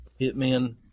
hitmen